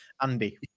Andy